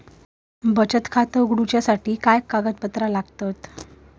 बचत खाता उघडताना काय कागदपत्रा लागतत?